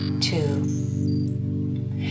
two